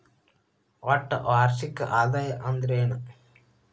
ಒಟ್ಟ ವಾರ್ಷಿಕ ಆದಾಯ ಅಂದ್ರೆನ?